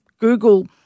Google